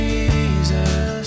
Jesus